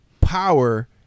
power